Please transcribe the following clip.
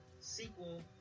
sequel